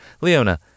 Leona